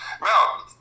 Now